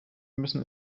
müssen